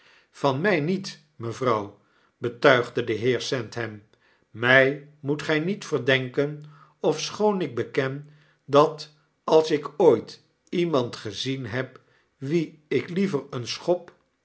van nag niet mevrouw betuigde de heer sandham mg moet gfl niet verdenken ofschoon ik beken dat als ik ooitiemandgezien heb wien ik liever een schop